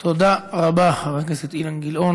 תודה רבה, חבר הכנסת אילן גילאון.